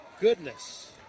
goodness